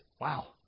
Wow